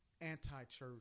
anti-church